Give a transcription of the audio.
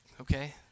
okay